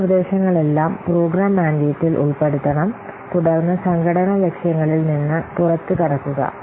ഈ നിർദ്ദേശങ്ങളെല്ലാം പ്രോഗ്രാം മാൻഡേറ്റിൽ ഉൾപ്പെടുത്തണം തുടർന്ന് സംഘടനാ ലക്ഷ്യങ്ങളിൽ നിന്ന് പുറത്തുകടക്കുക